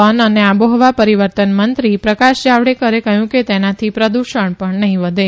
one અને આબોહવા પરિવર્તન મંત્રી પ્રકાશ જાવડેકરે કહ્યું કે તેનાથી પ્રદૂષણ પણ નહીં વધે